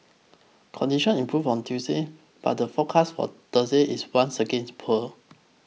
condition improved on Tuesday but the forecast for Thursday is once again poor